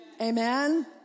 Amen